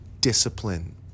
discipline